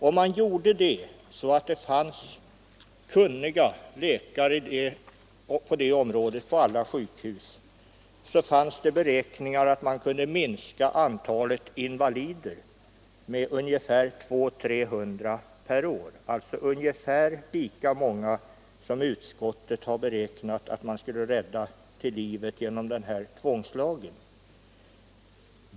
Om man gjorde det så att det fanns kunniga läkare på det området vid alla sjukhus, skulle enligt beräkningar antalet invalider minskas med ungefär 200-300 per år, alltså ungefär lika många som utskottet har beräknat att man skulle rädda till livet genom den här tvångslagen.